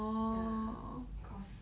ya cause